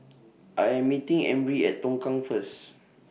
I Am meeting Emry At Tongkang First